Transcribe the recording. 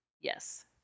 Yes